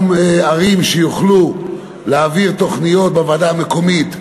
ערים שיוכלו להעביר תוכניות בוועדה המקומית,